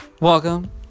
welcome